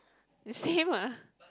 the same ah